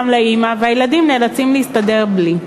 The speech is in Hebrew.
לאימא והילדים נאלצים להסתדר בלעדיו.